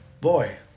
Boy